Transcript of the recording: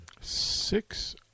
Six